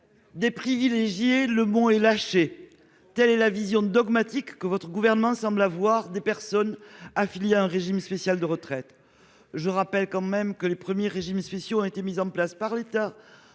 « privilégiés »- le mot est lâché -, telle est la vision dogmatique, monsieur le ministre, que votre gouvernement semble avoir des personnes affiliées à un régime spécial de retraite. Je rappelle que les premiers régimes spéciaux ont été mis en place par l'État